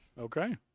Okay